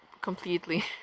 completely